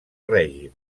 règim